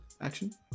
action